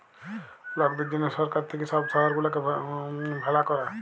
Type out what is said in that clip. লকদের জনহ সরকার থাক্যে সব শহর গুলাকে ভালা ক্যরে